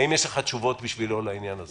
האם יש לך תשובות בשבילו לעניין הזה?